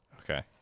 okay